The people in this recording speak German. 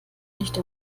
nicht